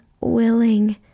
willing